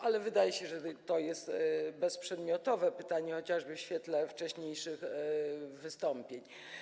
Ale wydaje się, że to jest bezprzedmiotowe pytanie, chociażby w świetle wcześniejszych wystąpień.